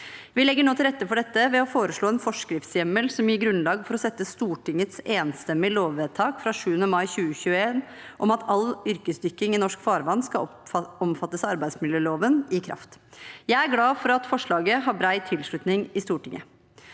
Vi legger nå til rette for dette ved å foreslå en forskriftshjemmel som gir grunnlag for å sette Stortingets enstemmige lovvedtak fra 7. mai 2021 om at all yrkesdykking i norsk farvann skal omfattes av arbeidsmiljøloven, i kraft. Jeg er glad for at forslaget har bred tilslutning i Stortinget.